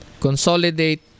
consolidate